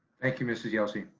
thank you, mrs. yelsey.